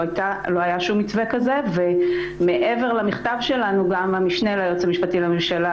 לא היה שום מתווה כזה ומעבר למכתב שלנו גם המשנה ליועץ המשפטי לממשלה,